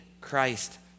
Christ